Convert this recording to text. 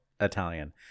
Italian